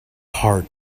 heart